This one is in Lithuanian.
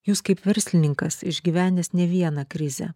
jūs kaip verslininkas išgyvenęs ne vieną krizę